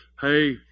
Hey